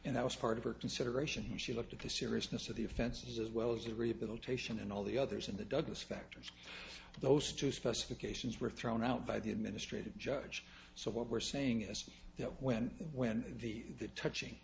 and that was part of her consideration she looked at the seriousness of the offense as well as the rehabilitation and all the others in the douglas factors those two specifications were thrown out by the administrative judge so what we're saying is that when when the touching